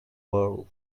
world